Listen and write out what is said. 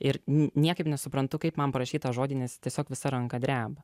ir niekaip nesuprantu kaip man parašyt tą žodį nes tiesiog visa ranka dreba